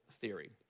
theory